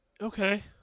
Okay